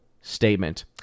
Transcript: statement